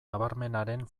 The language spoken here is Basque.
nabarmenaren